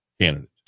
candidate